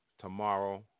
Tomorrow